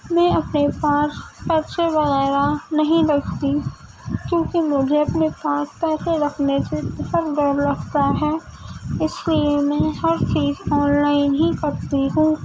میں اپنے پاس پیسے وغیرہ نہیں رکھتی کیونکہ مجھے اپنے پاس پیسے رکھنے سے بہت ڈر لگتا ہے اس لیے میں ہر چیز آن لائن ہی کرتی ہوں